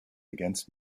against